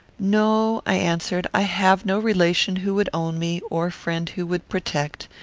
no, i answered, i have no relation who would own me, or friend who would protect.